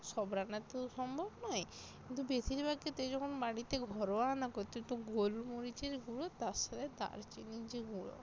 সব রান্নাতে তো সম্ভব নয় কিন্তু বেশিরভাগ ক্ষেত্রেই যখন বাড়িতে ঘরোয়া রান্না করছি তো গোলমরিচের গুঁড়ো তার সাথে দারচিনির যে গুঁড়ো